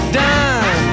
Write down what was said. done